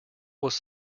was